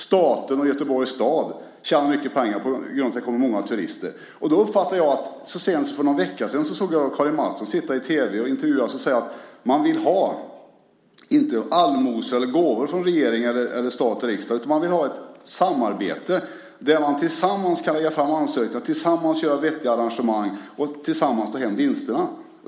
Staten och Göteborgs stad tjänade mycket pengar på grund av att det kom många turister. Så sent som för någon vecka sedan såg jag Karin Mattsson sitta i tv och intervjuas. Hon sade att man inte vill ha allmosor eller gåvor från regering eller stat och riksdag, utan man vill ha ett samarbete där man tillsammans kan lägga fram ansökningar, tillsammans kan göra vettiga arrangemang och tillsammans kan ta hem vinsterna.